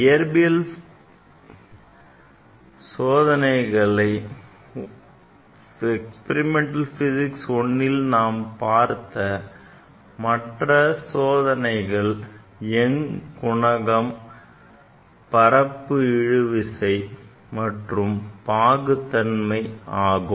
Experimental physics Iல் நாம் பார்த்த மற்ற சோதனை young குணகம் பரப்பு இழுவிசை மற்றும் பாகுதன்மை ஆகும்